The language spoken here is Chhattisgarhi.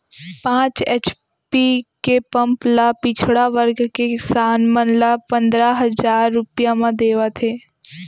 पांच एच.पी के पंप ल पिछड़ा वर्ग के किसान मन ल पंदरा हजार रूपिया म देवत हे